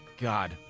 God